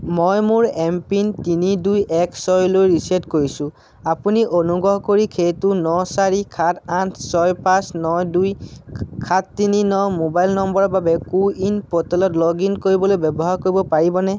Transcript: মই মোৰ M PIN তিনি দুই এক ছয়লৈ ৰিচেট কৰিছোঁ আপুনি অনুগহ কৰি সেইটো ন চাৰি সাত আঠ ছয় পাঁচ ন দুই সাত তিনি ন মোবাইল নম্বৰৰ বাবে কোৱিন প'টেলত লগ ইন কৰিবলৈ ব্যৱহাৰ কৰিব পাৰিবনে